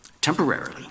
temporarily